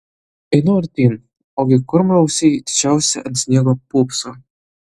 einu artyn ogi kurmrausiai didžiausi ant sniego pūpso